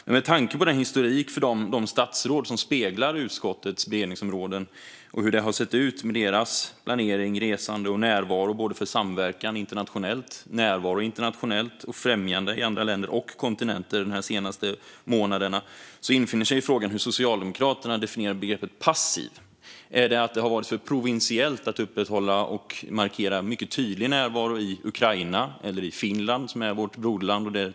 Med tanke på historiken hos de statsråd som speglar utskottets beredningsområden och hur det har sett ut med deras planering, resande och närvaro när det gäller samverkan och närvaro internationellt samt främjande i andra länder och på andra kontinenter de senaste månaderna infinner sig frågan hur Socialdemokraterna definierar begreppet "passiv". Är det att det har varit för provinsiellt att upprätthålla och markera en mycket tydlig närvaro i Ukraina eller i Finland, som ju är vårt broderland?